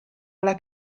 alla